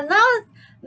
now